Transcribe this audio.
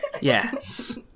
Yes